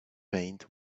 paint